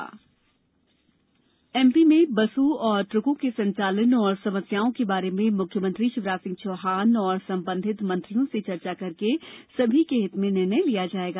बस truck MP में बसों और ट्रकों के संचालन और समस्याओं के बारे में मुख्यमंत्री शिवराज सिंह चौहान और सम्बंधित मंत्रियों से चर्चा करके सभी के हित में निर्णय लिया जाएगा